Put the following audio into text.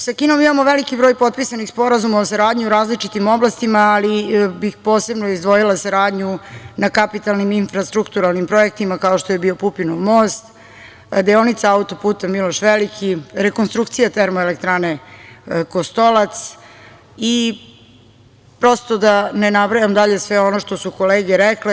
Sa Kinom imamo veliki broj potpisanih sporazuma o saradnji u različitim oblastima, ali bih posebno izdvojila saradnju na kapitalnim infrastrukturalnim projektima kao što je bio Pupinov most, deonica auto-puta Miloš Veliki, rekonstrukcija termoelektrane Kostolac i prosto da ne nabrajam dalje sve ono što su kolege rekle.